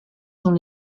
sont